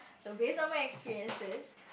so based on my experiences